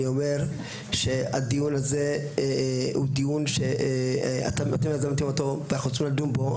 אני אומר שהדיון הזה הוא דיון שאתם יזמתם אותו ואנחנו רוצים לדון בו,